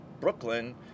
brooklyn